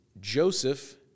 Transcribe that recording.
Joseph